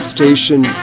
Station